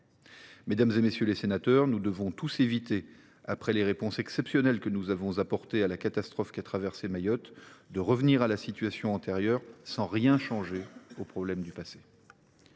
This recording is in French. Mesdames, messieurs les sénateurs, il nous faut éviter, après les réponses exceptionnelles que nous avons apportées à la catastrophe qu’a traversée Mayotte, de revenir à la situation antérieure, sans rien changer aux problèmes du passé.